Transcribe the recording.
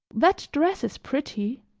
that dress is pretty,